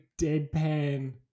deadpan